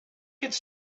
it’s